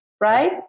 right